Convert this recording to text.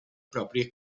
proprie